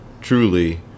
truly